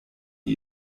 wie